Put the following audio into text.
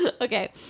Okay